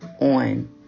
on